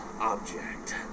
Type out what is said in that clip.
object